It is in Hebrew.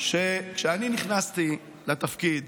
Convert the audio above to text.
כשאני נכנסתי לתפקיד